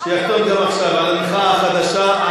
שיחתום גם עכשיו על המחאה החדשה,